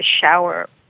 shower